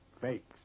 Fakes